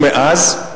מאז,